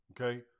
okay